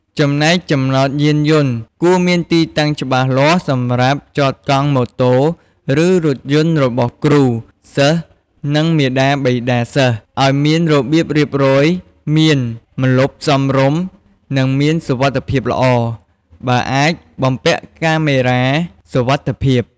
ចំណែក ចំណតយានយន្ត គួរមានទីតាំងច្បាស់លាស់សម្រាប់ចតកង់ ម៉ូតូ និងរថយន្តរបស់គ្រូ សិស្ស និងមាតាបិតាសិស្ស ឲ្យមានរបៀបរៀបរយ មានម្លប់សមរម្យ និងមានសុវត្ថិភាពល្អ បើអាចបំពាក់កាមេរ៉ាសុវត្ថិភាព។